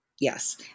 Yes